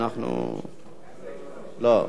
לא.